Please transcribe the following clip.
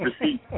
receipt